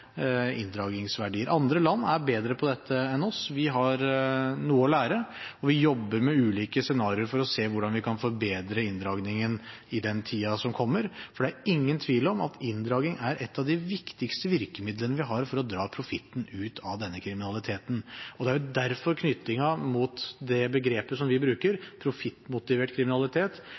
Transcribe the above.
inndragningsverdier. Andre land er bedre på dette enn oss. Vi har noe å lære, og vi jobber med ulike scenarier for å se hvordan vi kan forbedre inndragningen i tiden som kommer, for det ingen tvil om at inndragning er et av de viktigste virkemidlene vi har for å dra profitten ut av denne kriminaliteten. Det er jo derfor tilknytningen til det begrepet som vi bruker, «profittmotivert kriminalitet»,